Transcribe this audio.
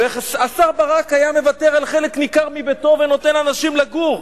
והשר ברק היה מוותר על חלק ניכר מביתו ונותן לאנשים לגור,